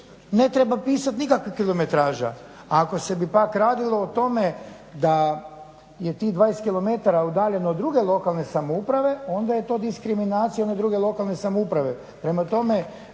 ne treba pisati nikakvu kilometražu. A ako se bi pak radilo o tome da je tih 20 km udaljeno od druge lokalne samouprave onda je to diskriminacija one druge lokalne samouprave.